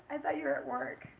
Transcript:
i thought you were at work.